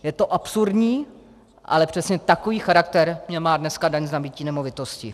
Je to absurdní, ale přesně takový charakter má dneska daň z nabytí nemovitosti.